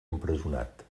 empresonat